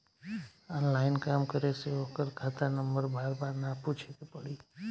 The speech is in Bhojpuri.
ऑनलाइन काम करे से ओकर खाता नंबर बार बार ना पूछे के पड़ी